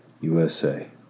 USA